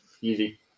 easy